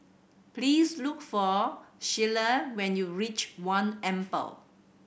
please look for Shelia when you reach One Amber